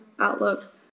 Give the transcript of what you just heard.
outlook